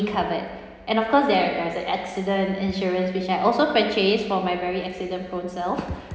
covered and of course there there's a accident insurance which I also purchased for my very accident-prone self